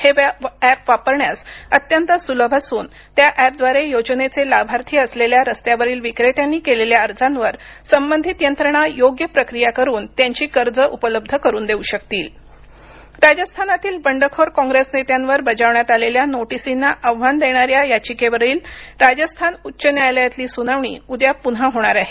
हे अॅप वापरण्यास अत्यंत सुलभ असून त्या अॅपद्वारे योजनेचे लाभार्थी असलेल्या रस्त्यावरील विक्रेत्यांनी केलेल्या अर्जांवर संबंधित यंत्रणा योग्य प्रक्रिया करून त्यांची कर्ज उपलब्ध करून देऊ शकतील राजस्थानातील बंडखोर कॉप्रेस नेत्यांवर बजावण्यात आलेल्या नोटिसीना आव्हान देणाऱ्या याचिकेवरील राजस्थान उच्च न्यायालयातली सुनावणी उद्या पुन्हा होणार आहे